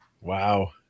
Wow